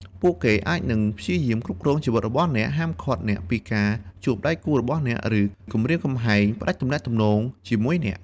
ពួកគេអាចនឹងព្យាយាមគ្រប់គ្រងជីវិតរបស់អ្នក ហាមឃាត់អ្នកពីការជួបដៃគូរបស់អ្នក ឬគំរាមកំហែងផ្តាច់ទំនាក់ទំនងជាមួយអ្នក។